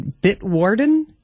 Bitwarden